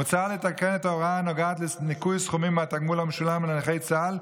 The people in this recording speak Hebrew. מוצע לתקן את ההוראה הנוגעת לניכוי סכומים מהתגמול המשולם לנכי צה"ל,